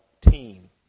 team